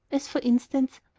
as, for instance,